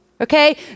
Okay